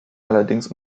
allerdings